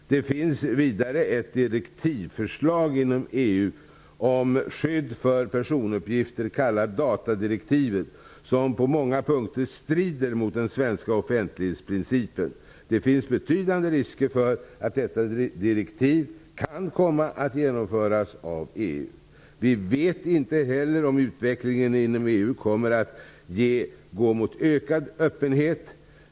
Det finns vidare ett direktivförslag inom EU om skydd för personuppgifter, kallad datadirektivet, som på många punkter strider mot den svenska offentlighetsprincipen. Det finns betydande risker för att detta direktiv kan komma att genomföras av Vi vet inte heller om utvecklingen inom EU kommer att gå mot ökad öppenhet.